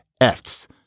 EFTs